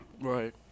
Right